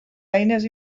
eines